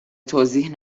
توضیح